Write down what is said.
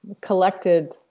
collected